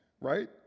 right